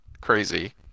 crazy